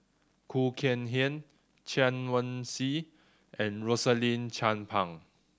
Khoo Kay Hian Chen Wen Hsi and Rosaline Chan Pang